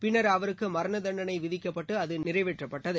பின்னர் அவருக்கு மரண தண்டனை விதிக்கப்பட்டு அது நிறைவேற்றப்பட்டது